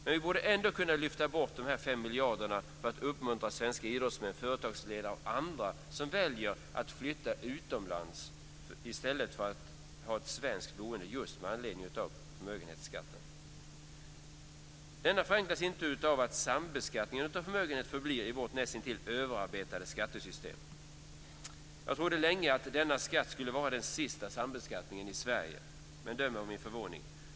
Men vi borde kunna lyfta bort även dessa 5 miljarder för att uppmuntra svenska idrottsmän, företagsledare och andra som väljer att flytta utomlands i stället för att bo kvar i Sverige just med anledning av förmögenhetsskatten. Denna förenklas inte av att sambeskattningen av förmögenhet förblir i vårt näst intill överarbetade skattesystem. Jag trodde länge att denna skatt skulle vara den sista sambeskattningen i Sverige, men döm om min förvåning.